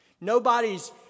Nobody's